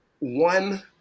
one